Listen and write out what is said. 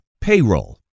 Payroll